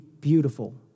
beautiful